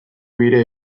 bilera